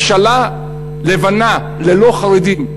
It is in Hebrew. ממשלה לבנה ללא חרדים,